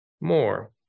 more